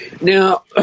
Now